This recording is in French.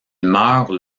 meurt